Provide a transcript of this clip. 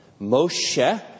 Moshe